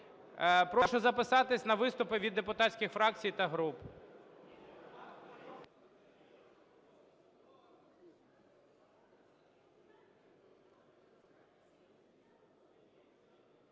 Прошу записатись на виступи від депутатських фракцій та груп.